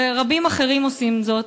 ורבים אחרים עושים זאת,